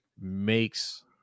makes